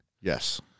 Yes